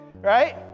right